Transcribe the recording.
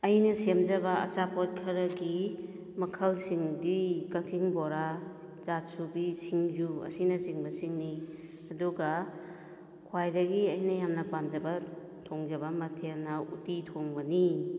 ꯑꯩꯅ ꯁꯦꯝꯖꯕ ꯑꯆꯥꯄꯣꯠ ꯈꯔꯒꯤ ꯃꯈꯜꯁꯤꯡꯗꯤ ꯀꯛꯆꯤꯡ ꯕꯣꯔꯥ ꯆꯥꯁꯨꯕꯤ ꯁꯤꯡꯖꯨ ꯑꯁꯤꯅꯆꯤꯡꯕꯁꯤꯡꯅꯤ ꯑꯗꯨꯒ ꯈ꯭ꯋꯥꯏꯗꯒꯤ ꯑꯩꯅ ꯌꯥꯝꯅ ꯄꯥꯝꯖꯕ ꯊꯣꯡꯖꯕ ꯃꯊꯦꯜꯅ ꯎꯇꯤ ꯊꯣꯡꯕꯅꯤ